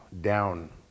down